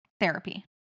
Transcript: therapy